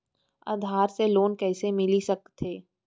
आधार से लोन कइसे मिलिस सकथे?